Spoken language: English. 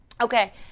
Okay